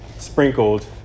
Sprinkled